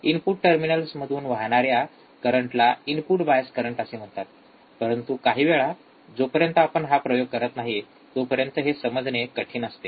input टर्मिनल्समधून वाहणार्या करंटला इनपुट बायस करंट असे म्हणतात परंतु काही वेळा जोपर्यंत आपण हा प्रयोग करत नाही तोपर्यंत हे समजणे कठीण असते